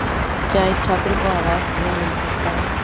क्या एक छात्र को आवास ऋण मिल सकता है?